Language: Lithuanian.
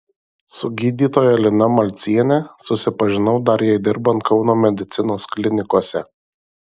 su gydytoja lina malciene susipažinau dar jai dirbant kauno medicinos klinikose